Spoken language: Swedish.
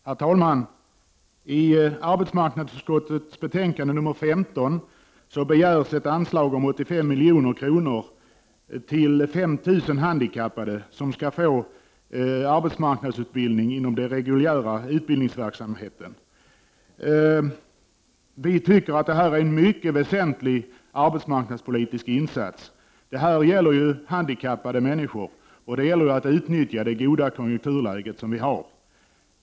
Herr talman! I arbetsmarknadsutskottets betänkande AU15 begärs ett anslag om 85 milj.kr. för 5000 handikappade som skall få arbetsmarknadsutbildning inom den reguljära utbildningsverksamheten. Vi tycker att det här är en mycket väsentlig arbetsmarknadspolitisk insats. Det gäller handikappade människor, och det gäller att utnyttja det goda konjunkturläge som vi har.